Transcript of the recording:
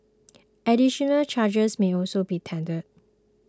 additional charges may also be tendered